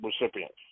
recipients